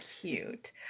cute